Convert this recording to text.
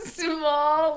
small